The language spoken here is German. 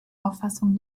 auffassung